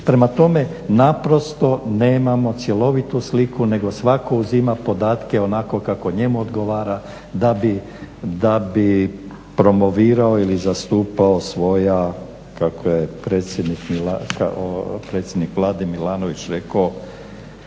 Prema tome, naprosto nemamo cjelovitu sliku nego svatko uzima podatke onako kako njemu odgovara da bi promovirao ili zastupao svoja kako je predsjednik Vlade Milanović rekao